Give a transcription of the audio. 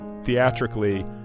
Theatrically